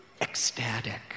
ecstatic